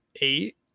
eight